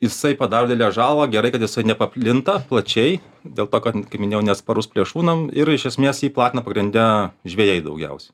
jisai padaro didelę žalą gerai kad jisai nepaplinta plačiai dėl to kad kaip minėjau neatsparus plėšrūnam ir iš esmės jį platina pagrinde žvejai daugiausiai